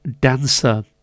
dancer